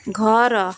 ଘର